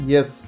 Yes